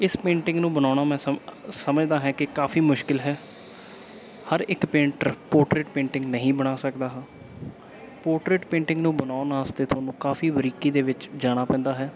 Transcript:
ਇਸ ਪੇਂਟਿੰਗ ਨੂੰ ਬਣਾਉਣਾ ਮੈਂ ਸਮ ਸਮਝਦਾ ਹਾਂ ਕਿ ਕਾਫੀ ਮੁਸ਼ਕਲ ਹੈ ਹਰ ਇੱਕ ਪੇਂਟਰ ਪੋਰਟਰੇਟ ਪੇਂਟਿੰਗ ਨਹੀਂ ਬਣਾ ਸਕਦਾ ਹੈ ਪੋਰਟਰੇਟ ਪੇਂਟਿੰਗ ਨੂੰ ਬਣਾਉਣ ਵਾਸਤੇ ਤੁਹਾਨੂੰ ਕਾਫੀ ਬਰੀਕੀ ਦੇ ਵਿੱਚ ਜਾਣਾ ਪੈਂਦਾ ਹੈ